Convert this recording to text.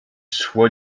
szło